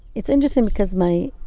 it's interesting because my,